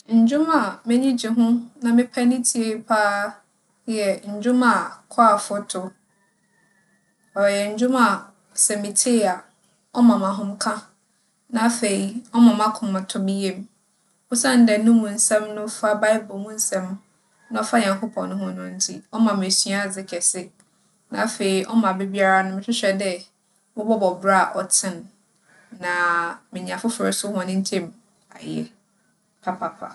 Ndwom a m'enyi gye ho na mepɛ ne tsie paa yɛ ndwom a kwaafo tow. ͻyɛ ndwom a sɛ mitsie a ͻma me ahomka na afei, ͻma m'akoma tͻ me yamu. Osiandɛ no mu nsɛm no fa Baebor mu nsɛm, na ͻfa Nyankopͻn ho no ntsi ͻma me esuadze kɛse. Na afei, ͻma aberbiara no, mohwehwɛ dɛ mobͻbͻ bra a ͻtsen na menye afofor so hͻn ntamu ayɛ papaapa.